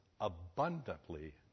abundantly